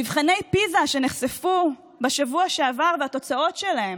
מבחני פיז"ה שנחשפו בשבוע שעבר, והתוצאות שלהם,